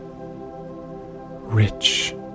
rich